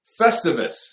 Festivus